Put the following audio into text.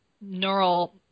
neural